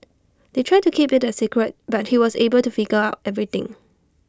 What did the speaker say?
they tried to keep IT A secret but he was able to figure out everything